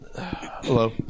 Hello